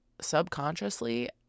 subconsciously